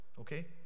Okay